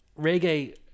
reggae